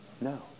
No